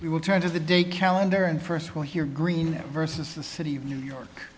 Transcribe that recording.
we will turn to the day calendar and first we'll hear green versus the city of new york